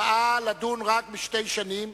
הבאה לדון רק בשתי שנים,